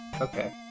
Okay